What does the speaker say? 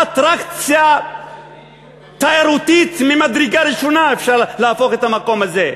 אטרקציה תיירותית ממדרגה ראשונה אפשר להפוך את המקום הזה,